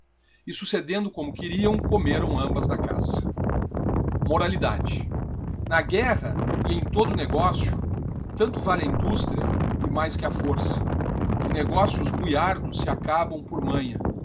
e succedendo como querião comerão ambas da caça na guerra e em todo negocio tanto vai a industria e mais que a força que negócios mui árduos se acabão por manha